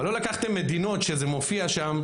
אבל לא לקחתם מדינות שזה מופיע שם,